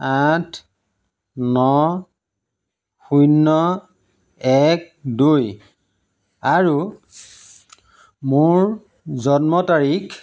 আঠ ন শূন্য এক দুই আৰু মোৰ জন্ম তাৰিখ